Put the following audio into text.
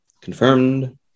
confirmed